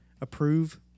Approve